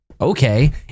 Okay